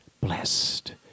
blessed